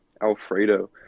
Alfredo